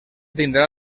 tindrà